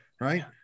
right